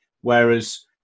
Whereas